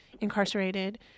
incarcerated